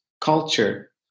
culture